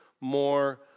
more